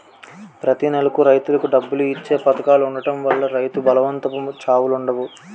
ప్రతి నెలకు రైతులకు డబ్బులు ఇచ్చే పధకాలు ఉండడం వల్ల రైతు బలవంతపు చావులుండవు